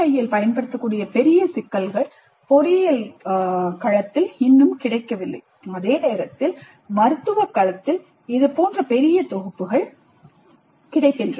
PBIயில் பயன்படுத்தக்கூடிய பெரிய சிக்கல்கள் பொறியியல் களத்தில் இன்னும் கிடைக்கவில்லை அதே நேரத்தில் மருத்துவ களத்தில் இதுபோன்ற பெரிய தொகுப்புகள் கிடைக்கின்றன